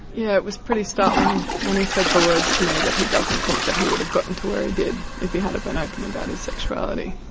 yeah it was pretty startling when he said the words to me that he doesn't think that he would've gotten to where he did if he had've been open about his sexuality.